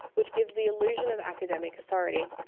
which gives the illusion of academic authority.